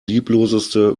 liebloseste